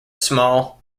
small